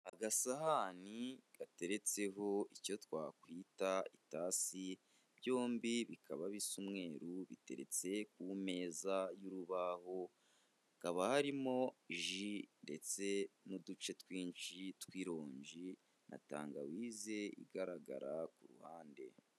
Agasahani gateretseho icyo twakwita itasi, byombi bikaba bisa umweru, biteretse ku meza y'urubaho, hakaba harimo ji ndetse n'uduce twinshi tw'irongi na tangawise igaragara ku ruhande.